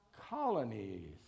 Colonies